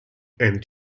end